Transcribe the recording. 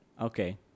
Okay